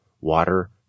water